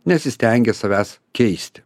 nesistengia savęs keisti